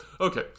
Okay